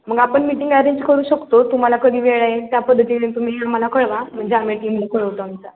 मग आपण meeting arrange करू शकतो तुम्हाला कधी वेळ आहे त्या पद्धतीने तुम्ही आम्हाला कळवा म्हणजे आम्ही टीमला कळवतो आमच्या